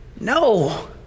No